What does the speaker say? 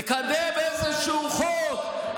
תקדם איזשהו חוק,